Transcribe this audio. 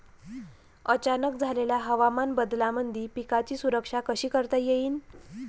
अचानक झालेल्या हवामान बदलामंदी पिकाची सुरक्षा कशी करता येईन?